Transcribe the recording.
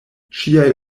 ŝiaj